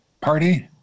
party